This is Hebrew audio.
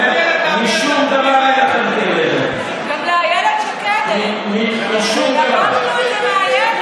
למען חיילי צה"ל, למען